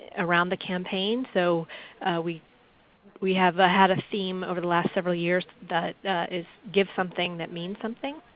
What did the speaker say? around the campaign. so we we have had a theme over the last several years that is give something that means something.